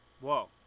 Whoa